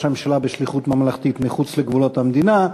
הממשלה בשליחות ממלכתית מחוץ לגבולות המדינה.